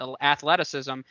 athleticism